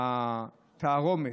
התרעומת,